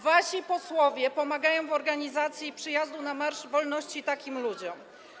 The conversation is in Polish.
Wasi posłowie pomagają w organizacji przyjazdu na marsz wolności takim ludziom.